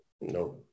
No